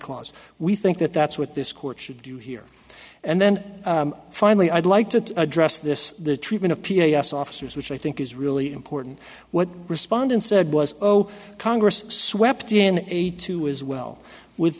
clause we think that that's what this court should do here and then finally i'd like to address this the treatment of p a s officers which i think is really important what respondents said was oh congress swept in a two as well with